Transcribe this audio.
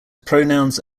pronouns